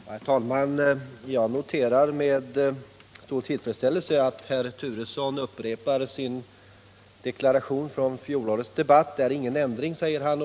Herr talman! Jag noterar med stor tillfredsställelse att herr Turesson nu upprepar sin deklaration från fjolårets debatt. Det är ingen ändring, säger han.